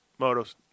motos